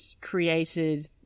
created